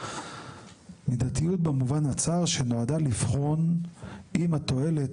"מידתיות במובן הצר שנועדה לבחון אם התועלת